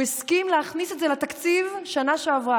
הוא הסכים להכניס את זה לתקציב בשנה שעברה,